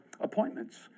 appointments